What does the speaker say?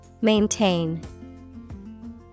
Maintain